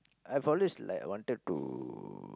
I've always like wanted to